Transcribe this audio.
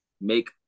make